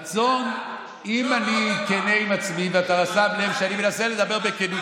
רצון, אם אני אהיה כן עם עצמי, לא, עוד